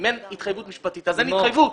אם אין התחייבות משפטית, אז אין התחייבות.